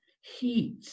heat